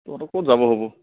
তহঁতৰ ক'ত যাবৰ হ'ব